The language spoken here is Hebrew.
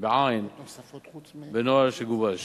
בנוהל שגובש.